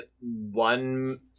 one